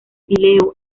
píleo